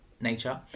nature